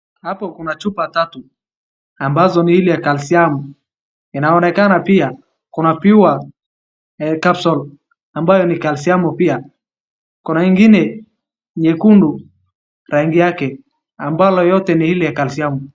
Hapa kuna chupa tatu ambazo ni ile ya kalsiamu. Inaonekana pia kuwa kuna pure calcium encapsulations ambayo ni kalsiamu pia kuna ingine nyekundu rangi yake ambayo yote ni ile kalsiamu.